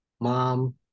mom